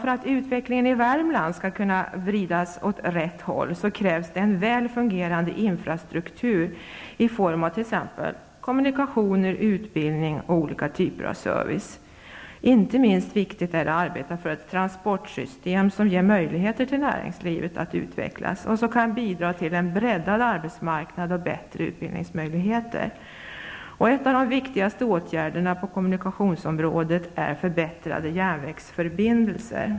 För att utvecklingen i Värmland skall kunna vridas åt rätt håll krävs en väl fungerande infrastruktur i form av t.ex. kommunikationer, utbildning och olika typer av service. Det är inte minst viktigt att arbeta för ett transportsystem som ger möjlighet för näringslivet att utvecklas och som kan bidra till en breddad arbetsmarknad och bättre utbildningsmöjligheter. En av de viktigaste åtgärderna på kommunikationsområdet är förbättrade järnvägsförbindelser.